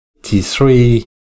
T3